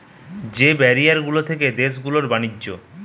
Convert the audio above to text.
যে ব্যারিয়ার গুলা থাকে দেশ গুলার ব্যাণিজ্য